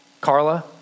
Carla